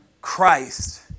Christ